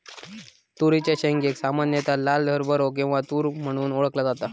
तुरीच्या शेंगेक सामान्यता लाल हरभरो किंवा तुर म्हणून ओळखला जाता